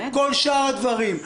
כל שאר הדברים,